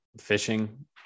fishing